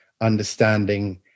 understanding